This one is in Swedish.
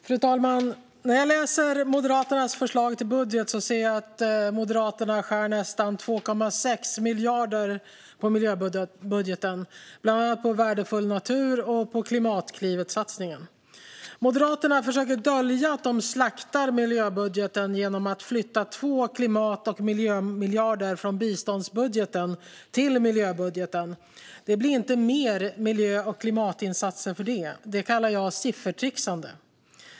Fru talman! När jag läser Moderaternas förslag till budget ser jag att Moderaterna skär bort nästan 2,6 miljarder på miljöbudgeten, bland annat på värdefull natur och på satsningen Klimatklivet. Genom att flytta två klimat och miljömiljarder från biståndsbudgeten till miljöbudgeten försöker Moderaterna dölja att de slaktar miljöbudgeten. Det blir dock inte mer miljö och klimatinsatser för det. Det kallar jag siffertrixande.